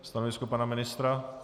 Stanovisko pana ministra?